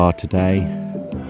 today